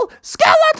skeleton